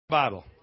Bible